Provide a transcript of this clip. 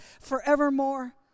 forevermore